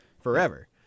Forever